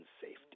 safety